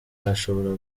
yashobora